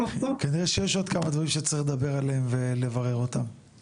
כנראה שיש עוד כמה דברים שאנחנו צריכים לדבר עליהם ולברר אותם,